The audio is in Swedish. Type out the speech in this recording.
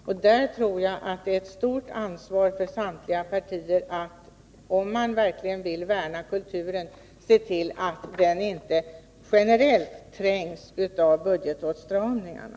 Om man verkligen vill värna kulturen har samtliga partier ett stort ansvar för att se till att den inte generellt trängs ut av budgetåtstramningarna.